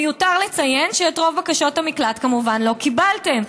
מיותר לציין שאת רוב בקשות המקלט כמובן לא קיבלתם,